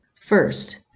First